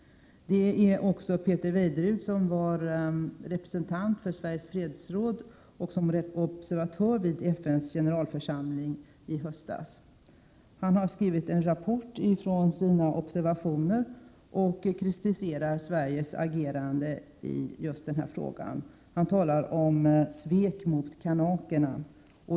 Det är också Peter Weiderud, representant för Sveriges fredsråd, som var observatör vid FN:s generalförsamling i höstas. Han har skrivit en rapport om sina observationer och kritiserar där Sveriges agerande i denna fråga. Han talar om svek mot kanakerna.